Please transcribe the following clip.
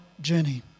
journey